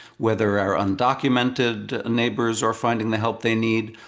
whether our undocumented neighbors are finding the help they need.